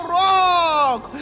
rock